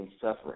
suffering